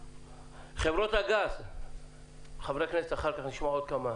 חברות הגז חברי הכנסת, אחר-כך נשמע אתכם.